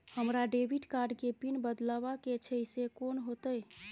हमरा debit card के pin बदलवा के छै से कोन होतै?